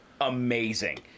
amazing